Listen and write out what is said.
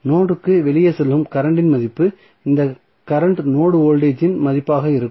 node க்கு வெளியே செல்லும் கரண்ட் இன் மதிப்பு இந்த கரண்ட் நோடு வோல்டேஜ் இன் மதிப்பாக இருக்கும்